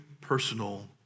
personal